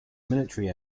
military